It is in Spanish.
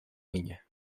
viña